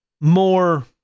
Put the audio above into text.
more